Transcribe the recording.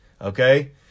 Okay